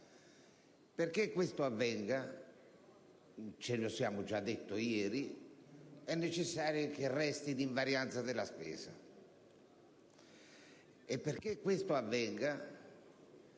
perché questo avvenga - ce lo siamo già detto ieri - è necessario che resti l'invarianza della spesa. E perché questo avvenga,